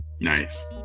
Nice